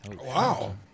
Wow